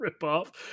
ripoff